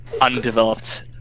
undeveloped